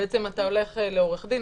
אתה הולך לעורך דין,